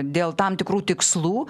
dėl tam tikrų tikslų